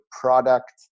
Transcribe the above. product